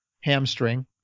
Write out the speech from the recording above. hamstring